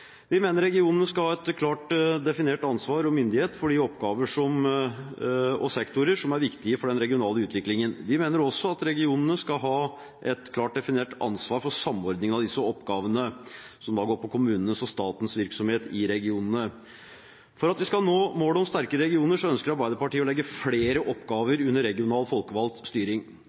Vi mener regionene skal ha et klart definert ansvar og myndighet for de oppgaver og sektorer som er viktig for den regionale utviklingen. Vi mener også at regionene skal ha et klart definert ansvar for samordning av disse oppgavene, som går på kommunenes og statens virksomhet i regionene. For at vi skal nå målet om sterke regioner, ønsker Arbeiderpartiet å legge flere oppgaver under regionalt folkevalgt styring.